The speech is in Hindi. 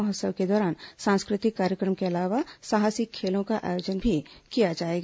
महोत्सव के दौरान सांस्कृतिक कार्यक्रम के अलावा साहसिक खेलों का आयोजन भी किया जाएगा